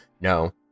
No